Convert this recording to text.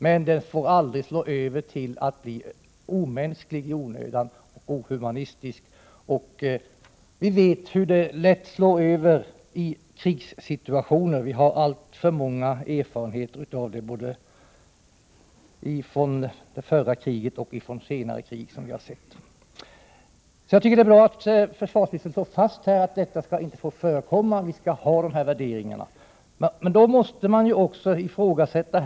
Men den får aldrig slå över till att bli omänsklig och inhuman i onödan. Vi vet hur lätt det slår över i krigssituationer. Vi har alltför många erfarenheter av detta, både från det förra världskriget och från senare krig. Jag tycker det är bra att försvarsministern slår fast att sådant här inte får förekomma och att han understryker våra värderingar.